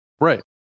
Right